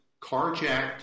carjacked